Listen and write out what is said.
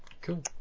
Cool